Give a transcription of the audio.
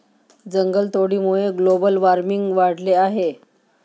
जंगलतोडीमुळे global warming वाढले आहे